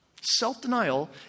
Self-denial